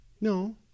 No